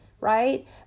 right